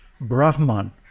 Brahman